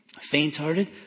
faint-hearted